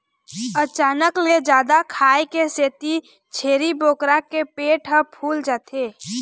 अचानक ले जादा खाए के सेती छेरी बोकरा के पेट ह फूल जाथे